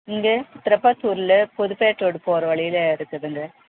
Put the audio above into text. இங்கே திருப்பத்தூர்ல புதுப்பேட் ரோடு போற வழியில இருக்குதுங்க